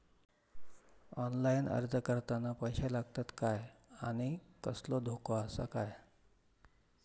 Online अर्ज करताना पैशे लागतत काय आनी कसलो धोको आसा काय?